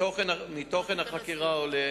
מתוכן החקירה עולה